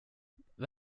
vad